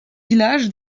village